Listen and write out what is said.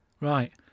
Right